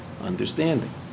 understanding